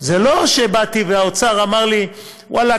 לא שבאתי והאוצר אמר לי: ואללה,